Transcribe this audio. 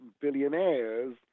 billionaires